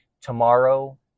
tomorrow